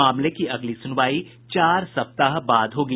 मामले की अगली सुनवाई चार सप्ताह बाद होगी